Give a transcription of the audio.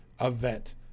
event